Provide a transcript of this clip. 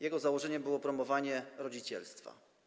Jego założeniem było promowanie rodzicielstwa.